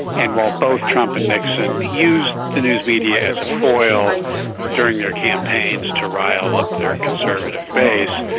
and while both trump and nixon used the news media as a foil during their campaigns to rile up their conservative base,